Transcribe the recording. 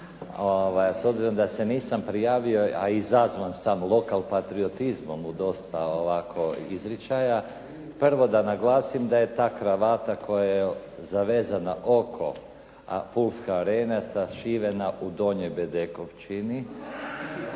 s obzirom da se nisam prijavio, a izazvan sam lokal patriotizmom u dosta ovako izričaja. Prvo da naglasim da je ta kravata koja je zavezana oko Pulske arene sašivena u Donjoj Bedekovčini,